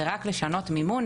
זה רק לשנות מימון.